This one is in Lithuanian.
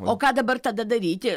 o ką dabar tada daryti